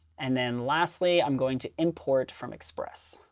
and then, lastly, i'm going to import from express.